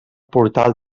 portal